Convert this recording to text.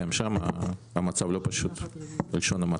גם שם המצב לא פשוט, בלשון המעטה.